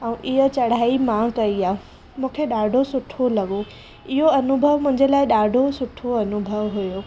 ऐं इहा चढ़ाई मां कई आहे मूंखे ॾाढो सुठो लॻो इहो अनुभव मुंहिंजे लाइ ॾाढो सुठो अनुभव हुयो